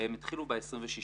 הם התחילו ב-26 בנובמבר.